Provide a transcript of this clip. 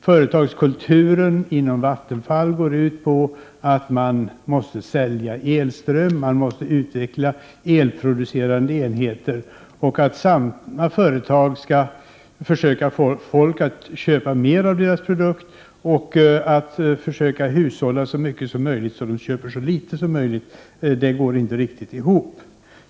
Företagskulturen inom Vattenfall går ut på att man måste sälja elström och utveckla elproducerande enheter. Att ett företag skall försöka få folk att köpa mer av en produkt och samtidigt få dem att hushålla med den produkten, så att de köper så litet som möjligt, går inte riktigt ihop.